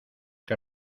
que